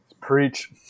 preach